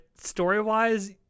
story-wise